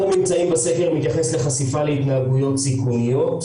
אחד הממצאים בסקר מתייחס לחשיפה להתנהגויות סיכוניות,